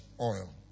Oil